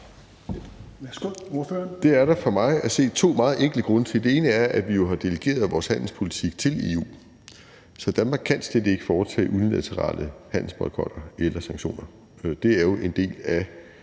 Det er der for mig at se to meget enkle grunde til. Den ene er, at vi jo har delegeret vores handelspolitik til EU. Så Danmark kan slet ikke foretage unilaterale handelsboykotter eller -sanktioner. Det er jo, kan